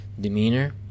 demeanor